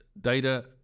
data